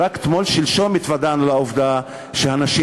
ורק תמול-שלשום התוודענו לעובדה שהנשים